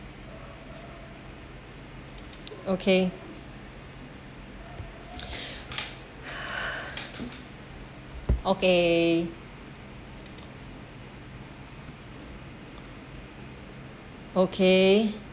okay okay okay